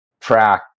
track